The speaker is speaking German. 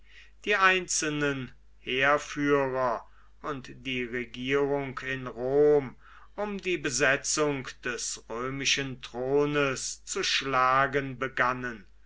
die einzelnen heerführer und die regierung in rom um die besetzung des römischen thrones zu schlagen begannen